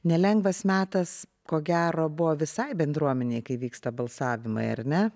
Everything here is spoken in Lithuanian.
nelengvas metas ko gero buvo visai bendruomenei kai vyksta balsavimai ar ne